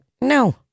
no